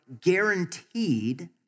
guaranteed